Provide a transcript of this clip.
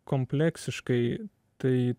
kompleksiškai tai